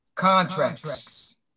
contracts